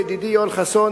ידידי יואל חסון,